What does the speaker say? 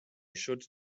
should